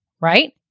right